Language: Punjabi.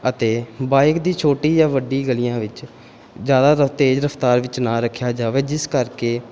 ਅਤੇ ਬਾਈਕ ਦੀ ਛੋਟੀ ਜਾਂ ਵੱਡੀ ਗਲੀਆਂ ਵਿੱਚ ਜ਼ਿਆਦਾ ਰ ਤੇਜ਼ ਰਫਤਾਰ ਵਿੱਚ ਨਾ ਰੱਖਿਆ ਜਾਵੇ ਜਿਸ ਕਰਕੇ